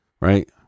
Right